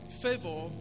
favor